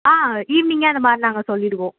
ஆ ஈவினிங்காக அந்த மாதிரி நாங்கள் சொல்லிவிடுவோம்